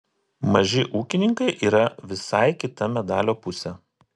maži ūkininkai yra visai kita medalio pusė